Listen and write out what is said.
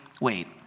wait